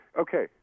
Okay